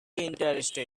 interested